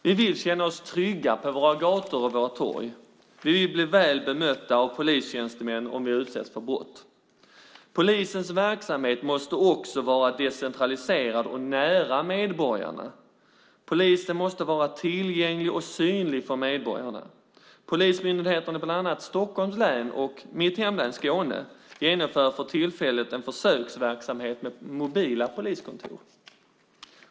Vi vill känna oss trygga på våra gator och torg. Vi vill bli väl bemötta av polistjänstemän om vi utsätts för brott. Polisens verksamhet måste också vara decentraliserad och nära medborgarna. Polisen måste vara tillgänglig och synlig för medborgarna. Polismyndigheten i bland annat Stockholms län och mitt hemlän Skåne genomför för tillfället en försöksverksamhet med mobila poliskontor.